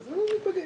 אז נפגש.